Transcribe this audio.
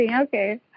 Okay